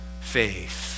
faith